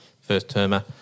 first-termer